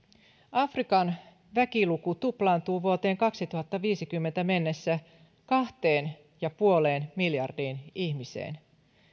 afrikan väkiluku tuplaantuu vuoteen kaksituhattaviisikymmentä mennessä kahteen pilkku viiteen miljardiin ihmiseen